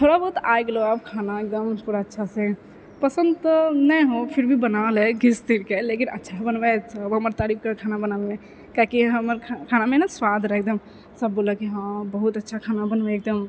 थोड़ा बहुत आय गेलौ खाना एकदम पूरा अच्छासँ पसन्द तऽ नहि हो फिर भी बना लै हय घिस तिर के लेकिन अच्छो बनबो हय लोगो हमर तारीफ करै खाना बनाबैमे कियाकि हमर खानामे ने स्वाद रहे एकदम सब बोललक हाँ बहुत अच्छा खाना बनबै हो